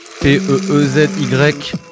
P-E-E-Z-Y